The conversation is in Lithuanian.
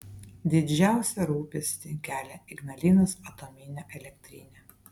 didžiausią rūpestį kelia ignalinos atominė elektrinė